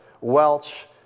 Welch